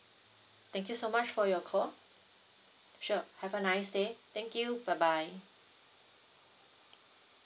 thank you so much for your call sure have a nice day thank you bye bye